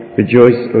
Rejoice